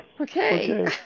Okay